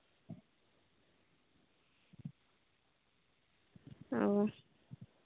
ᱚ